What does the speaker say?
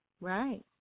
right